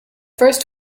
first